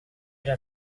era